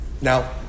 now